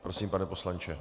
Prosím, pane poslanče.